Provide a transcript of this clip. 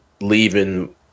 leaving